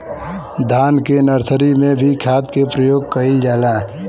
धान के नर्सरी में भी खाद के प्रयोग कइल जाला?